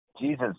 Jesus